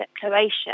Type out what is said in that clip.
declaration